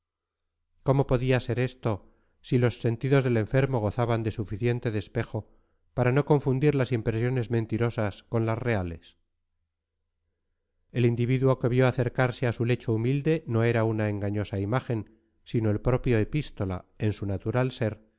cómo podía ser esto si los sentidos del enfermo gozaban de suficiente despejo para no confundir las impresiones mentirosas con las reales el individuo que vio acercarse a su lecho humilde no era una engañosa imagen sino el propio epístola en su natural ser